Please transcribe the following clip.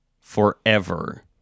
forever